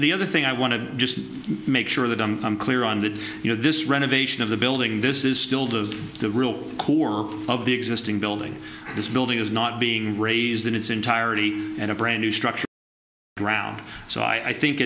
other thing i want to just make sure that i'm i'm clear on that you know this renovation of the building this is still the the real core of the existing olding this building is not being raised in its entirety in a brand new structure ground so i think